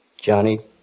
Johnny